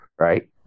right